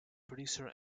producer